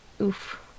oof